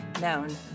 Known